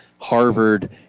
Harvard